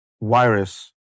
virus